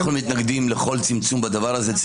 אנחנו מתנגדים לכל צמצום בדבר הזה.